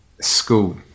school